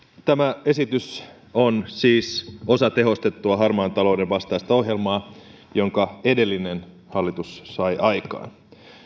tämä esitys on siis osa tehostettua harmaan talouden vastaista ohjelmaa jonka edellinen hallitus sai aikaan